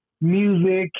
music